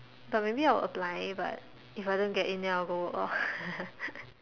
but maybe I'll apply but if I don't get in then I'll go work lor